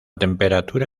temperatura